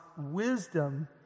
wisdom